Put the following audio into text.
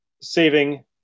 saving